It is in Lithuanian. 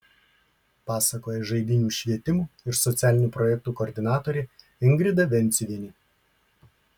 pasakoja žaidynių švietimo ir socialinių projektų koordinatorė ingrida venciuvienė